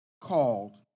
called